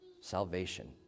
salvation